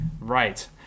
Right